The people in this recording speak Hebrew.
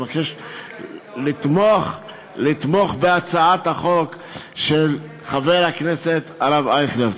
אני מבקש לתמוך בהצעת החוק של חבר הכנסת הרב אייכלר.